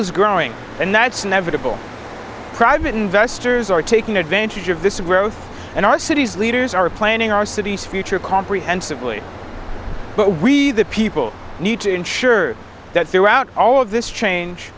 is growing and that's inevitable private investors are taking advantage of this growth and our cities leaders are planning our city's future comprehensibly but we the people need to ensure that throughout all of this change